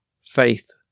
Faith